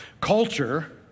Culture